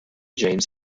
james